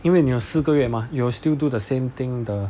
因为你有四个月 mah you will still do the same thing the